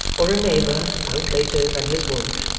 or a neighbour, out later than his wont,